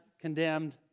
condemned